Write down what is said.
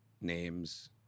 names